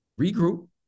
regroup